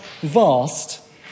vast